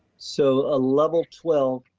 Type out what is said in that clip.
so a level twelve,